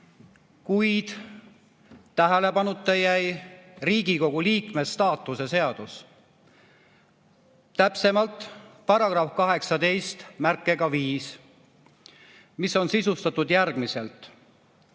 Kuid tähelepanuta jäi Riigikogu liikme staatuse seadus, täpsemalt § 185, mis on sisustatud järgmiselt: